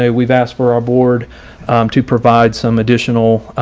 ah we've asked for our board to provide some additional